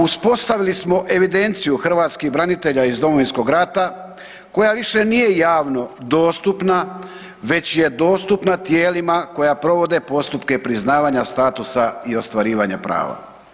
Uspostavili smo Evidenciju hrvatskih branitelja iz Domovinskog rata koja više nije javno dostupna već je dostupna tijelima koja provode postupke priznavanja statusa i ostvarivanja prava.